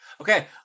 Okay